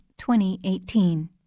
2018